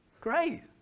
Great